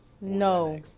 No